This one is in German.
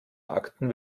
akten